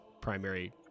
primary